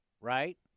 right